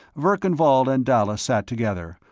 verkan vall and dalla sat together,